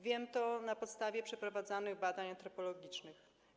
Wiem to na podstawie przeprowadzanych badań antropologicznych.